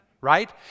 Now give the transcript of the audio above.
right